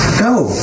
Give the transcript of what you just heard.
go